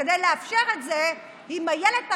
כדי לאפשר את זה, אם אילת תחזור,